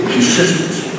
Consistency